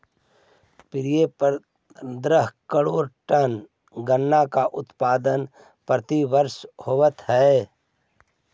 प्रायः पंद्रह करोड़ टन गन्ना का उत्पादन प्रतिवर्ष होवत है